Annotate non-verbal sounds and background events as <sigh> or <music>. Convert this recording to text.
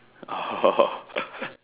oh <laughs>